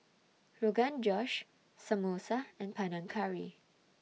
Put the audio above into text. Rogan Josh Samosa and Panang Curry